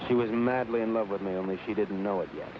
she was madly in love with me only she didn't know it